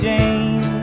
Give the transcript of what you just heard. Jane